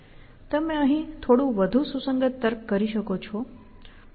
તમે અહીં થોડુંક વધુ સુસંગત તર્ક કરી શકો છો